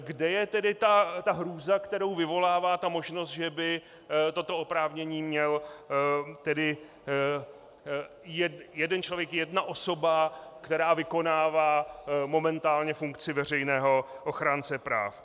Kde je tedy ta hrůza, kterou vyvolává ta možnost, že by toto oprávnění měl jeden člověk, jedna osoba, která vykonává momentálně funkci veřejného ochránce práv?